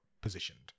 positioned